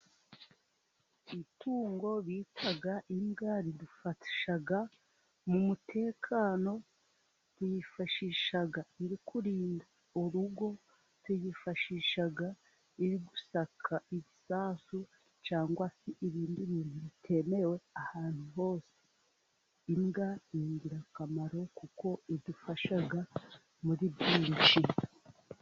Itungo bitwa imbwa ridufasha mu mutekano, tuyifashisha iri kurinda urugo, tuyifashisha iri gusaka ibisasu, cyangwa se ibindi bintu bitemewe ahantu hose. Imbwa ni ingirakamaro kuko idufasha muri byinshi.